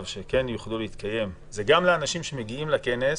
שיוכלו להתקיים זה גם לאנשים שמגיעים לכנס